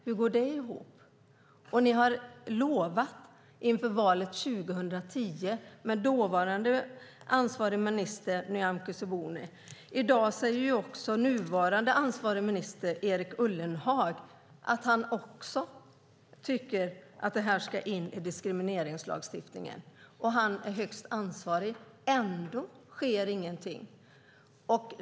Hur går det ihop? Ni lovade detta inför valet 2010, med dåvarande ansvarig minister Nyamko Sabuni. I dag säger nuvarande ansvarig minister Erik Ullenhag att han också tycker att detta ska in i diskrimineringslagstiftningen. Han är högst ansvarig, och ändå sker ingenting.